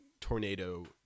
tornado